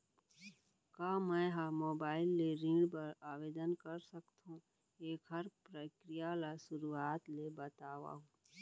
का मैं ह मोबाइल ले ऋण बर आवेदन कर सकथो, एखर प्रक्रिया ला शुरुआत ले बतावव?